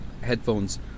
headphones